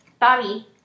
Bobby